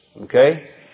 Okay